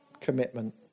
commitment